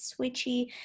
Switchy